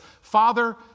Father